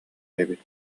эбит